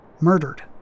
murdered